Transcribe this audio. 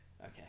Okay